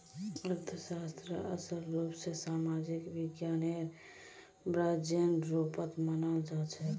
अर्थशास्त्रक असल रूप स सामाजिक विज्ञानेर ब्रांचेर रुपत मनाल जाछेक